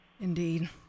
indeed